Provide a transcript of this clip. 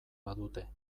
badute